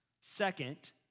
second